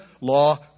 law